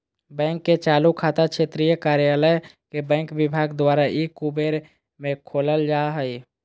bank के चालू खाता क्षेत्रीय कार्यालय के बैंक विभाग द्वारा ई कुबेर में खोलल जा हइ